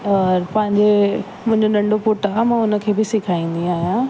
और पंहिंजे मुंहिंजो नंढो पुट आहे मां हुनखे बि सेखारींदी आहियां